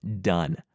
done